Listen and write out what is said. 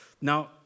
Now